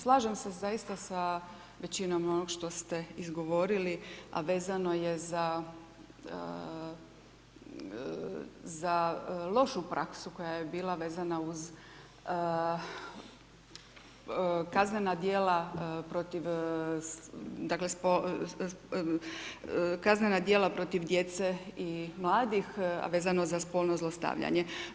Slažem se zaista sa većinom onog što ste izgovorili, a vezano je za, za lošu praksu koja je bila vezana uz kaznena djela protiv, dakle, kaznena djela protiv djece i mladih, a vezano uz spolno zlostavljanje.